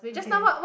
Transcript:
okay